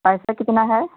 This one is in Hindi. पैसा कितना है